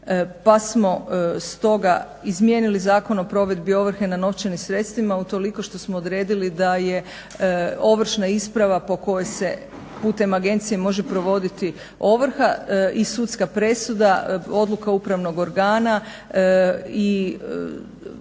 Pa smo stoga izmijenili Zakon o provedbi ovrhe na novčanim sredstvima utoliko što smo odredili da je ovršna isprava po kojoj se putem agencije može provoditi ovrha i sudska presuda, odluka upravnog organa.